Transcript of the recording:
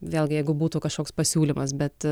vėlgi jeigu būtų kažkoks pasiūlymas bet